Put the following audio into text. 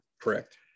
correct